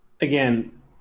Again